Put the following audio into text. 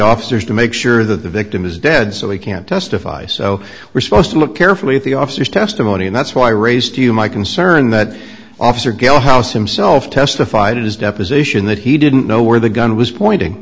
officers to make sure that the victim is dead so they can't testify so we're supposed to look carefully at the officers testimony and that's why i raised to you my concern that officer gail house himself testified in his deposition that he didn't know where the gun was pointing